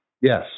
Yes